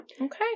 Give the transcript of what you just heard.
okay